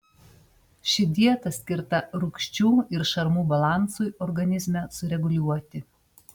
ši dieta skirta rūgščių ir šarmų balansui organizme sureguliuoti